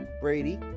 Brady